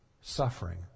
suffering